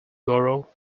borrow